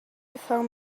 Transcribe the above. before